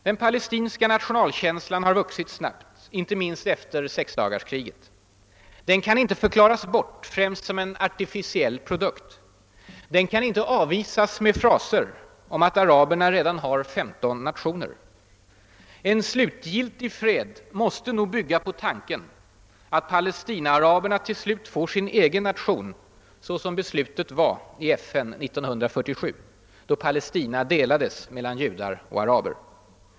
Den palestinska nationalkänslan har vuxit snabbt, inte minst efter sexdagarskriget. Den kan inte förklaras bort främst som en artificiell produkt. Den kan inte avvisas med fraser om att araberna redan har 15 nationer. En slutgiltig fred måste bygga på tanken att Palestina-araberna till slut får sin egen nation i enlighet med beslutet i FN 1947, då Palestina delades mellan judar och araber.